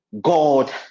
God